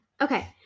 okay